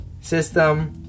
system